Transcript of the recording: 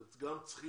אתם גם צריכים